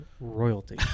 royalty